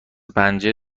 پنجه